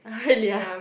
ah really ah